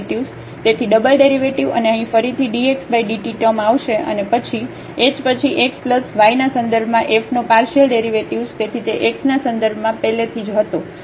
તેથી double derivative અને અહીં ફરીથી dxdt ટર્મ આવશે પછી h પછી x y ના સંદર્ભમાં fનો પાર્શિયલડેરિવેટિવ્ઝ તેથી તે x ના સંદર્ભમાં પહેલેથી જ હતો